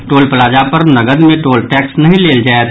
टोल plaza पर नगद मे टोल टैक्स नहि लेल जायत